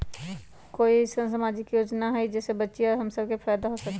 कोई अईसन सामाजिक योजना हई जे से बच्चियां सब के फायदा हो सके?